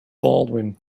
baldwin